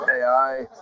AI